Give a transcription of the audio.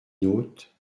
nôtes